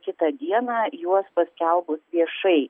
kitą dieną juos paskelbus viešai